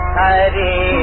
Hari